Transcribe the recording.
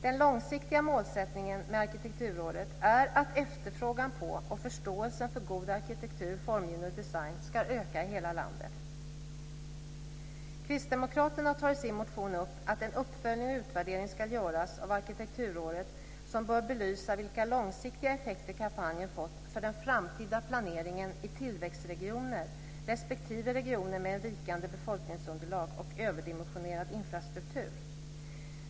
Den långsiktiga målsättningen med arkitekturåret är att efterfrågan på och förståelsen för god arkitektur, formgivning och design ska öka i hela landet. Kristdemokraterna tar i sin motion upp att en uppföljning och utvärdering av arkitekturåret ska göras. Den bör belysa vilka långsiktiga effekter kampanjen fått för den framtida planeringen för tillväxtregioner respektive regioner med ett vikande befolkningsunderlag och överdimensionerad infrastruktur.